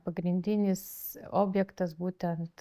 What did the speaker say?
pagrindinis objektas būtent